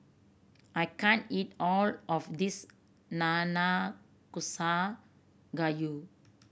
I can't eat all of this Nanakusa Gayu